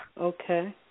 Okay